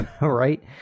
right